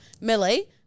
Millie